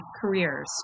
careers